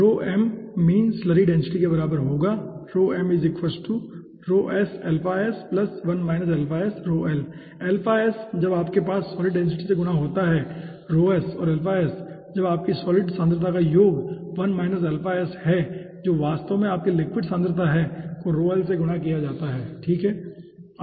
तो mean slurry density के बराबर होगा जब आपके सॉलिड डेंसिटी से गुणा होता है और जब आपकी सॉलिड सांद्रता योग है जो वास्तव में आपकी लिक्विड सांद्रता है को से गुणा किया जाता है ठीक है